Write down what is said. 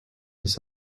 his